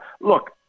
Look